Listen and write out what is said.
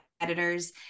editors